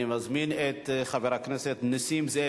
אני מזמין את חבר הכנסת נסים זאב.